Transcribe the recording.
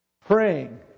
praying